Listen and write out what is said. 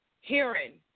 hearing